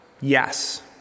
yes